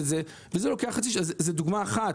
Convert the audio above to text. זה דוגמה אחת.